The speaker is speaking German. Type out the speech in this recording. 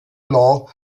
law